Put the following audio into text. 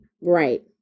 right